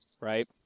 right